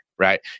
right